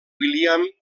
william